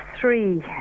three